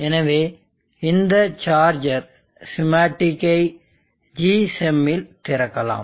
எனவே இந்த சார்ஜர் ஸ்கீமாட்டிக்கை gSchem இல் திறக்கலாம்